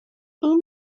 این